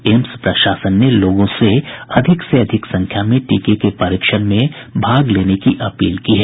AIIMS प्रशासन ने लोगों से अधिक से अधिक संख्या में टीके के परीक्षण में भाग लेने की अपील की है